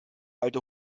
alte